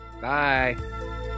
bye